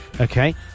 Okay